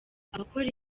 abakora